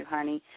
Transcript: Honey